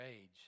age